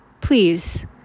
Please